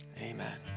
Amen